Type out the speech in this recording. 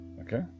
Okay